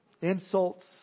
insults